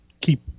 keep